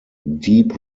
deep